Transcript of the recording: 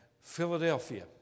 Philadelphia